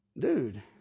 dude